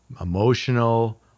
emotional